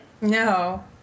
No